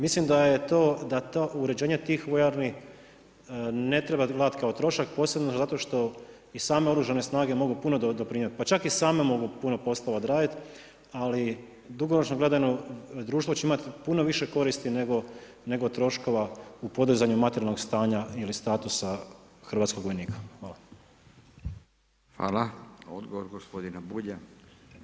Mislim da je to uređenje tih vojarni ne treba gledati kao trošak posebno zato što i same Oružane snage mogu puno doprinijeti pa čak i same mogu puno poslova odraditi ali dugoročno gledano, društvo će imati puno više koristi nego troškova u podizanju materijalnog stanja ili statusa hrvatskog vojnika.